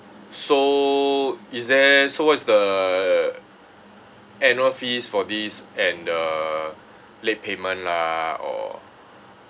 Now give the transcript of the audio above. so is there so what is the annual fees for this and the late payment lah or